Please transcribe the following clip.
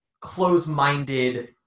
close-minded